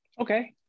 okay